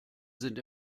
sind